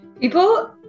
people